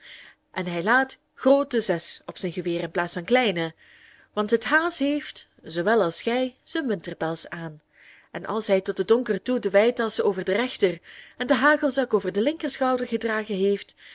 en hij laadt groote zes op zijn geweer in plaats van kleine want het haas heeft zoowel als gij zijn winterpels aan en als hij tot den donker toe de weitasch over den rechter en den hagelzak over den linkerschouder gedragen heeft